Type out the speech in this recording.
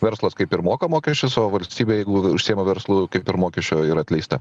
verslas kaip ir moka mokesčius o valstybė jeigu užsiima verslu kaip ir mokesčio yra atleista